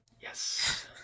Yes